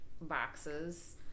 boxes